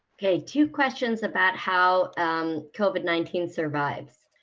okay, two questions about how um covid nineteen survives.